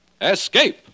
Escape